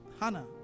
Hannah